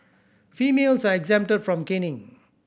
females are exempted from caning